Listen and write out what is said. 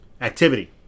activity